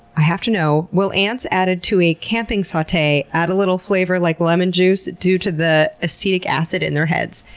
i have to know, will ants added to a camping saute add a little flavor like lemon juice due to the acetic acid in their heads?